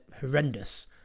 horrendous